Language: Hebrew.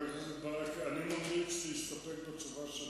חבר הכנסת ברכה, אני ממליץ להסתפק בתשובה שלי,